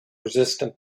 resistant